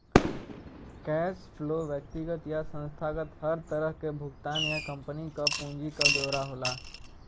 cash flow व्यक्तिगत या संस्थागत हर तरह क भुगतान या कम्पनी क पूंजी क ब्यौरा होला